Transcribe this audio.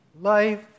Life